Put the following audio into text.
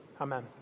amen